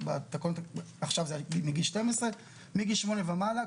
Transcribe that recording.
עכשיו זה מגיל 12. מגיל 8 ומעלה,